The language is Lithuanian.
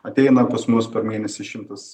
ateina pas mus per mėnesį šimtas